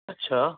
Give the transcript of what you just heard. اچھا